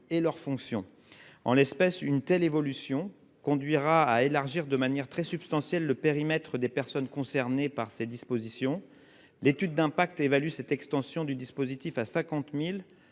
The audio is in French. et leur fonction en l'espèce une telle évolution conduira à élargir de manière très substantielle le périmètre des personnes concernées par ces dispositions, l'étude d'impact évalue cette extension du dispositif à 50.000